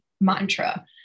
mantra